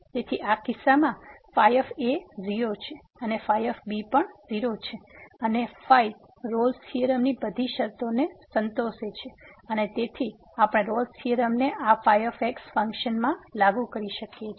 તેથી આ કિસ્સામાં ϕ 0 છે and ϕ પણ 0 છે અને and ϕ રોલ્સRolle's થીયોરમની બધી શરતોને સંતોષે છે અને તેથી આપણે રોલ્સRolle's થીયોરમને આ ϕ ફંક્શનમાં લાગુ કરી શકીએ છીએ